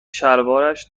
شلوارش